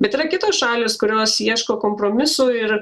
bet yra kitos šalys kurios ieško kompromisų ir